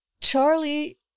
Charlie